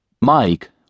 Mike